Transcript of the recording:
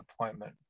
appointment